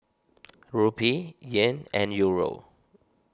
Rupee Yen and Euro